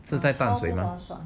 是在潭水吗